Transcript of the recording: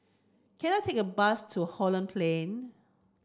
can I take a bus to Holland Plain